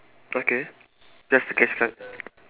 okay just the cash right